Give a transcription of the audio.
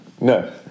No